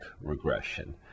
regression